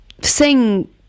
sing